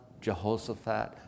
Jehoshaphat